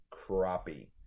crappie